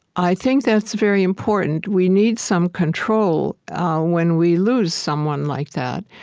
i think that's very important. we need some control when we lose someone like that.